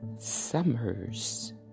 Summers